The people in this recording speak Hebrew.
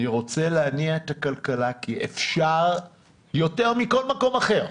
אני רוצה להניע את הכלכלה כי אפשר יותר מכל מקום אחר,